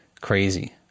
crazy